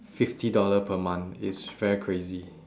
fifty dollar per month is very crazy